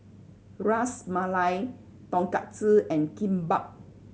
Ras Malai Tonkatsu and Kimbap